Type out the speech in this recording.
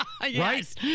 Right